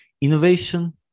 Innovation